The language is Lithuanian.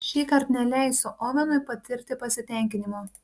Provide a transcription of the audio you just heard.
šįkart neleisiu ovenui patirti pasitenkinimo